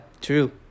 true